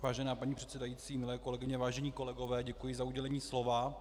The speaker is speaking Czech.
Vážená paní předsedající, milé kolegyně, vážení kolegové, děkuji za udělení slova.